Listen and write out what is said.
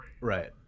Right